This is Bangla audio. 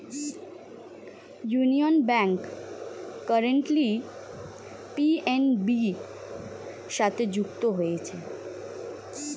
ইউনিয়ন ব্যাংক কারেন্টলি পি.এন.বি সাথে যুক্ত হয়েছে